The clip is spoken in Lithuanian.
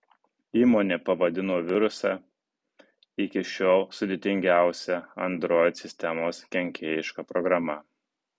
įmonė pavadino virusą iki šiol sudėtingiausia android sistemos kenkėjiška programa